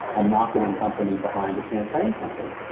a marketing company behind a champagne company.